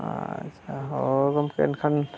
ᱟᱪᱻ ᱪᱷᱟ ᱦᱚᱭ ᱜᱚᱢᱠᱮ ᱮᱱᱠᱷᱟᱱ